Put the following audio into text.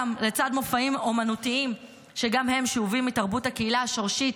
לצד מופעים אומנותיים שגם הם שאובים מתרבות הקהילה השורשית,